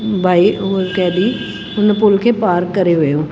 भाई उहा कैदी हुन पुल खे पार करे वियो